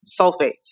sulfates